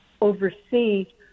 oversee